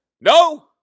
No